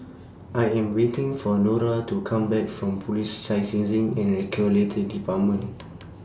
I Am waiting For Nora to Come Back from Police Licensing and Regulatory department